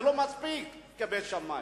לא מספיק כבית שמאי,